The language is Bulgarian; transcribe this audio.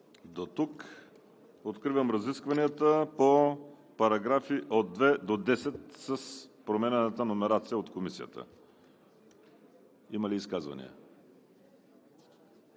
Откривам разискванията по параграфи от 2 до 10 с променената номерация от Комисията. Има ли изказвания?